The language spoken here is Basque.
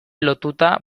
lotuta